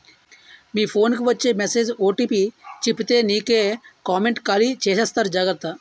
మీ phone కి వచ్చే message OTP చెప్పితే నీకే కామెంటు ఖాళీ చేసేస్తారు జాగ్రత్త